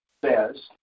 says